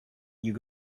you